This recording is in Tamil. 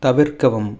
தவிர்க்கவும்